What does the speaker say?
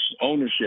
ownership